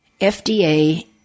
FDA